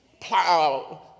plow